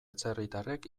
atzerritarrek